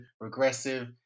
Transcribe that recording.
regressive